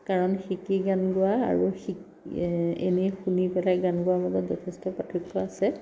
কাৰণ শিকি গান গোৱা আৰু এনেই শুনি পেলাই গান গোৱাৰ মাজত যথেষ্ট পাৰ্থক্য আছে